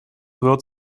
wird